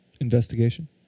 investigation